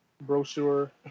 brochure